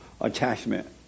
Attachment